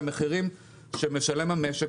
למחירים שמשלם המשק,